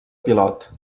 pilot